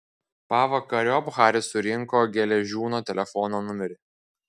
pavakariop haris surinko geležiūno telefono numerį